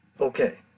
okay